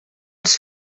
els